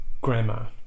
grammar